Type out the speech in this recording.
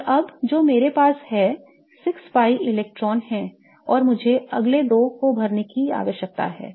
और अब जो मेरे पास है 6 pi इलेक्ट्रॉनों है और मुझे अगले 2 को भरने की आवश्यकता है